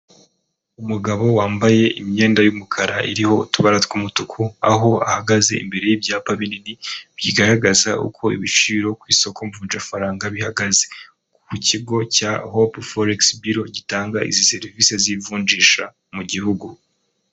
Umugabo wambaye imyenda y'umukara iriho utubara tw'umutuku, aho ahagaze imbere y'ibyapa binini bigaragaza uko ibiciro ku isoko ry'amafaranga bihagaze, ku kigo cya Hope foregisi biro gitanga izi serivisi z'ivunjisha mu Igihugu.